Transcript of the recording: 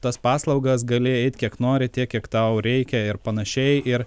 tas paslaugas gali eit kiek nori tiek kiek tau reikia ir panašiai ir